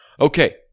Okay